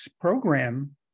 program